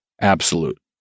absolute